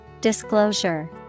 Disclosure